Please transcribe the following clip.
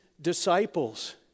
disciples